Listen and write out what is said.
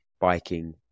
biking